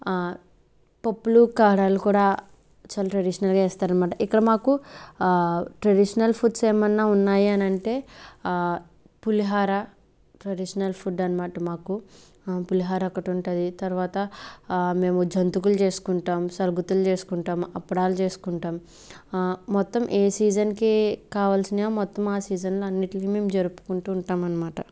పప్పులు కారాలు కూడా చాలా ట్రెడిషనల్గా చేస్తారు అనమాట ఇక్కడ మాకు ట్రెడిషనల్ ఫుడ్స్ ఏమన్నా ఉన్నాయా అని అంటే పులిహార ట్రెడిషనల్ ఫుడ్ అనమాట మాకు పులిహార ఒకటి ఉంటది తర్వాత మేము జంతికలు చేసుకుంటాం సారగతులు చేసుకుంటాం అప్పడాలు చేసుకుంటాం మొత్తం ఏ సీజన్కి కావాల్సిన మొత్తం ఆ సీజన్లు అన్నిటికీ మేము జరుపుకుంటుంటాం అనమాట